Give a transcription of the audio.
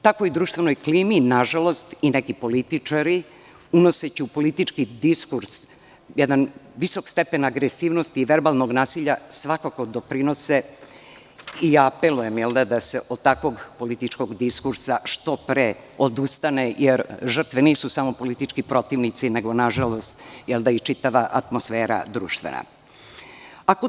Takvoj društvenoj klimi, nažalost, i neki političari, unoseći u politički diskurs jedan visok stepen agresivnosti i verbalnog nasilja, svakako doprinose i apelujem da se od takvog političkog diskursa što pre odustane, jer žrtve nisu samo politički protivnici, nego nažalost čitava društvena atmosfera.